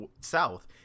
South